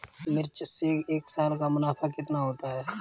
मिर्च से एक साल का मुनाफा कितना होता है?